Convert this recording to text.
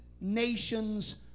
nations